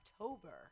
October